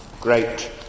great